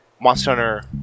Monster